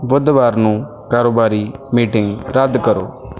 ਬੁੱਧਵਾਰ ਨੂੰ ਕਾਰੋਬਾਰੀ ਮੀਟਿੰਗ ਰੱਦ ਕਰੋ